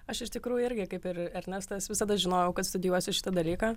aš iš tikrųjų irgi kaip ir ernestas visada žinojau kad studijuosiu šitą dalyką